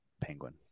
penguin